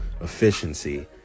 efficiency